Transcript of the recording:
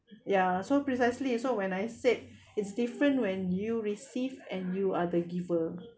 ya so precisely so when I said it's different when you receive and you are the giver